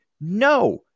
no